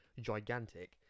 gigantic